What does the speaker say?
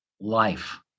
Life